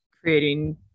creating